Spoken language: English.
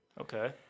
Okay